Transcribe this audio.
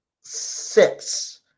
six